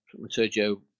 Sergio